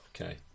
okay